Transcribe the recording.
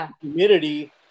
humidity